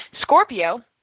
Scorpio